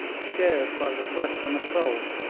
scared by the threat of an assault,